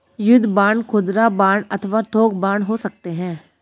युद्ध बांड खुदरा बांड अथवा थोक बांड हो सकते हैं